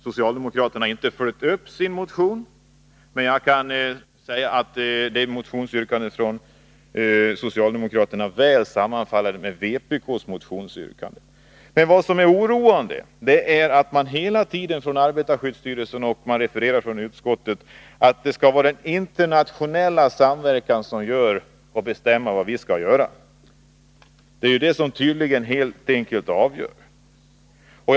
Socialdemokraterna har inte följt upp sin motion, men deras motionsyrkande sammanfaller väl med vpk:s motionsyrkande. Det som är oroande är att arbetarskyddsstyrelsen hela tiden säger att det är den internationella samverkan som skall bestämma vad vi skall göra. Den skall tydligen få vara helt avgörande.